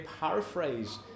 paraphrase